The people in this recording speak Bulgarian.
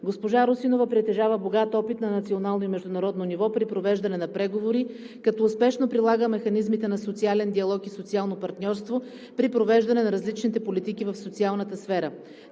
Госпожа Русинова притежава богат опит на национално и международно ниво при провеждане на преговори, като успешно прилага механизмите на социален диалог и социално партньорство при провеждане на различните политики в социалната сфера.